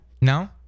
No